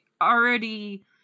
already